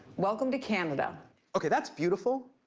welcometocanada. okay, that's beautiful.